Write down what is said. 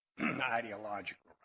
ideological